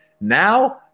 Now